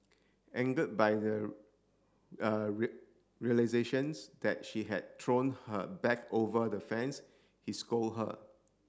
angered by the realizations that she had thrown her bag over the fence he scold her